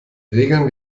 regeln